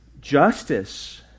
justice